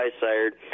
sired